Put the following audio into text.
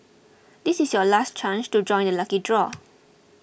this is your last chance to join the lucky draw